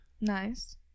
Nice